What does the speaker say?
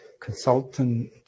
consultant